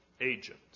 agent